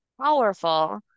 powerful